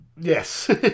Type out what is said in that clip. Yes